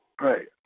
right